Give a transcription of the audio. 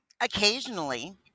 occasionally